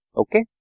okay